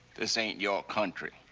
this ain't your country.